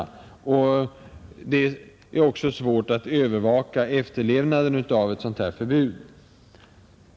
Det är också svårt att övervaka efterlevnaden av ett sådant här förbud.